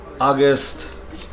august